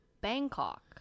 Bangkok